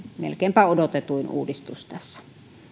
melkeinpä odotetuin uudistus tässä